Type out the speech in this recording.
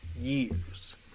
years